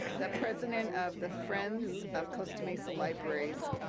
the president of the friends of costa mesa libraries